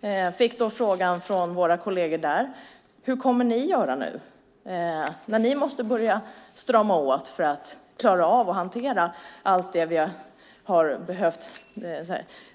Vi fick frågan från våra kolleger: Hur kommer ni att göra nu när ni måste börja strama åt och dra tillbaka